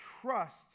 trust